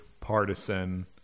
partisan